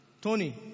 Tony